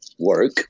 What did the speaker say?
work